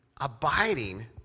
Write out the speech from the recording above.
abiding